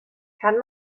kann